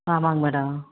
ஆமாங்க மேடம்